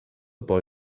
boy